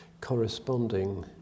corresponding